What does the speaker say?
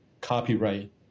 copyright